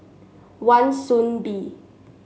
Wan Soon Bee